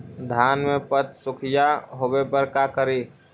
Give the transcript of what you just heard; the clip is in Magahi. धान मे पत्सुखीया होबे पर का करि?